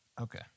Okay